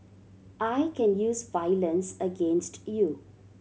I can use violence against you